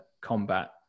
combat